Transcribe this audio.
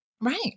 Right